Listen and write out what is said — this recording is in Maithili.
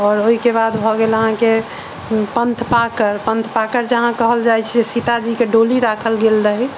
आओर ओहिके बाद भऽ गेल अहाँके पंथ पाकर पंथ पाकर जहाँ कहल जाइ छै सीताजी के डोली राखल गेल रहै